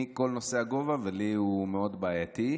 כל נושא הגובה, ולי הוא מאוד בעייתי,